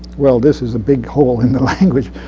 well, this is a big hole in the language!